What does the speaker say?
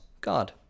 God